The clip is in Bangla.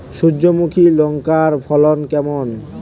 সূর্যমুখী লঙ্কার ফলন কেমন?